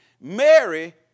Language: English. Mary